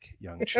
young